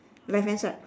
left hand side